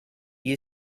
you